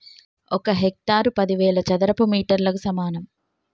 ఒక హెక్టారు పదివేల చదరపు మీటర్లకు సమానం